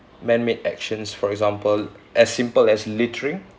man made actions for example as simple as littering